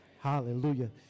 Hallelujah